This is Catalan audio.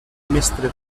mestre